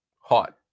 hot